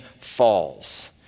falls